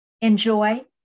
enjoy